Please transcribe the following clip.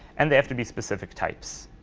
and they have to be specific types.